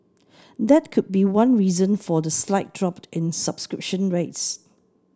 that could be one reason for the slight drop in subscription rates